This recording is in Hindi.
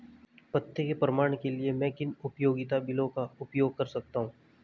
पते के प्रमाण के लिए मैं किन उपयोगिता बिलों का उपयोग कर सकता हूँ?